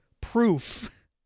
proof